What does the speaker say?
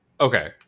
okay